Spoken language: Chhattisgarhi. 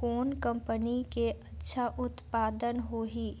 कौन कंपनी के अच्छा उत्पादन होही?